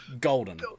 golden